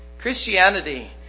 Christianity